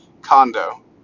condo